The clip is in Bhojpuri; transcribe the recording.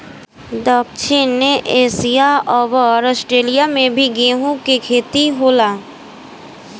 दक्षिण एशिया अउर आस्ट्रेलिया में भी गेंहू के खेती होला